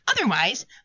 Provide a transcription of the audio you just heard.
Otherwise